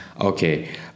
Okay